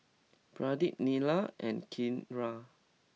Pradip Neila and Kiran